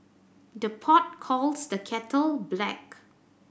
the pot calls the kettle black